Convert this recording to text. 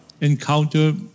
encounter